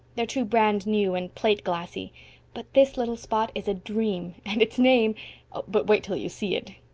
they're too brand new and plateglassy. but this little spot is a dream and its name but wait till you see it.